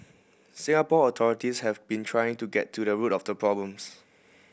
Singapore authorities have been trying to get to the root of the problems